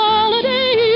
Holiday